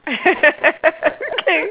okay